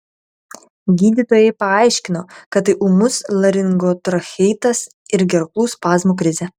gydytojai paaiškino kad tai ūmus laringotracheitas ir gerklų spazmų krizė